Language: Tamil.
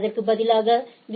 அதற்கு பதிலாக பி